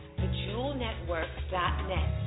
thejewelnetwork.net